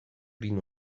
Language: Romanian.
prin